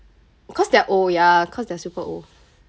because they're old ya cause they're super old